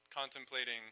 Contemplating